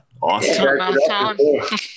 Awesome